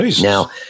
Now